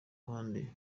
ruhande